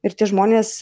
ir tie žmonės